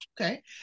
Okay